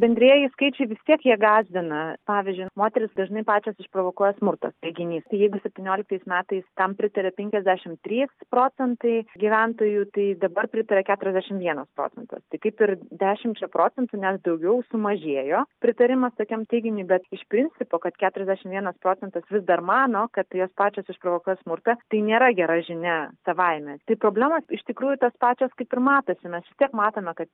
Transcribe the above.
bendrieji skaičiai vis tiek jie gąsdina pavyzdžiui moterys dažnai pačios išprovokuoja smurtą teiginys jeigu septynioliktais metais tam pritarė penkiasdešim trys procentai gyventojų tai dabar pritaria keturiasdešim vienas procentas tai kaip ir dešimčia procentų net daugiau sumažėjo pritarimas tokiam teiginiui bet iš principo kad keturiasdešim vienas procentas vis dar mano kad jos pačios išprovokuoja smurtą tai nėra gera žinia savaime tai problemos iš tikrųjų tos pačios kaip ir matosi mes vis tiek matome kad